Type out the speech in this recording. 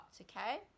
Okay